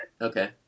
Okay